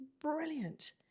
brilliant